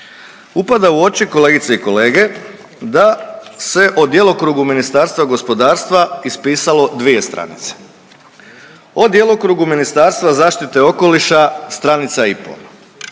Upada u oči kolegice i kolege da se o djelokrugu Ministarstva gospodarstva ispisalo dvije stranice, o djelokrugu Ministarstva zaštite okoliša stranica i